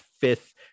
fifth